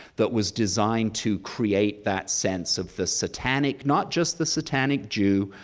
that was designed to create that sense of the satanic, not just the satanic jew,